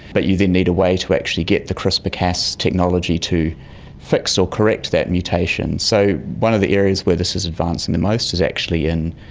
but you then need a way to actually get the crispr cas technology to fix or correct that mutation. so one of the areas where this is advancing the most is actually in,